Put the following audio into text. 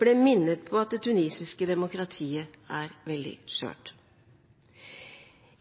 ble minnet om at det tunisiske demokratiet er veldig skjørt.